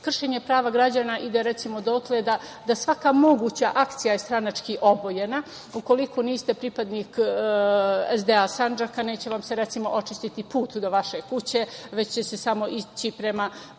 Kršenje prava građana ide, recimo, dotle da svaka moguća akcija je stranački obojena, ukoliko niste pripadnik SDA Sandžaka neće vam se recimo očistiti put do vaše kuće, već će se samo ići prema